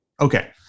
Okay